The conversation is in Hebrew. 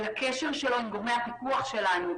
עלה קשר שלו עם גורמי הפיקוח שלנו,